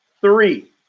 Three